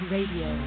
Radio